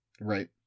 Right